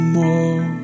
more